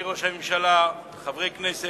אדוני היושב-ראש, אדוני ראש הממשלה, חברי הכנסת,